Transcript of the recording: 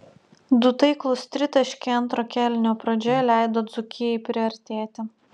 du taiklūs tritaškiai antro kėlinio pradžioje leido dzūkijai priartėti